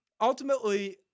Ultimately